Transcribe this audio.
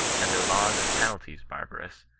and their laws and penalties barbarous,